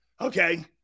Okay